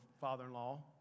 father-in-law